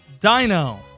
dino